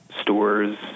stores